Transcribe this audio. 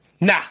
Nah